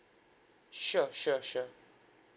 sure sure sure